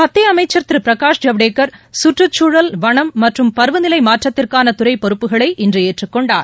மத்திய அமைச்சர் திரு பிரனுஷ் ஜவ்டேகர் கற்றுச்சூழல் வனம் மற்றும் பருவநிலை மாற்றத்திற்கான துறை பொறுப்புகளை இன்று ஏற்றுக்கொண்டார்